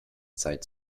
zeit